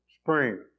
Spring